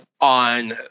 on